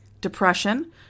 depression